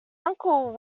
uncle